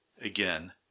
again